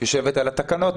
יושבת על התקנות,